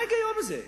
מה ההיגיון בזה?